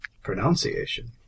Pronunciation